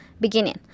Beginning